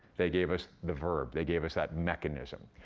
they gave us the verb, they gave us that mechanism.